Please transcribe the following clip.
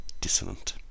dissonant